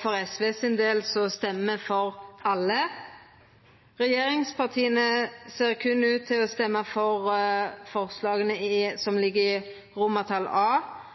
Sosialistisk Venstrepartis del røystar me for heile tilrådinga. Regjeringspartia ser berre ut til å røysta for A i tilrådinga. Dette viser igjen, som